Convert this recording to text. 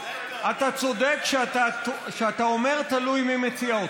אתה צודק כשאתה אומר: תלוי מי מציע אותו,